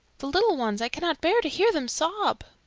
the little ones, i cannot bear to hear them sob.